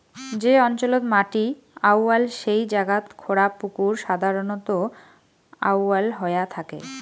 যে অঞ্চলত মাটি আউয়াল সেই জাগাত খোঁড়া পুকুর সাধারণত আউয়াল হয়া থাকে